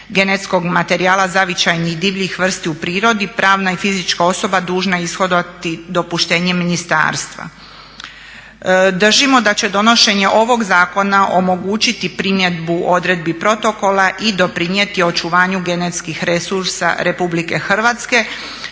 genetskog materijala zavičajnih i divljih vrsti u prirodi pravna i fizička osoba dužna ishodovati dopuštenje ministarstva. Držimo da će donošenje ovog zakona omogućiti primjedbu odredbi protokola i doprinijeti očuvanju genetskih resursa Republike Hrvatske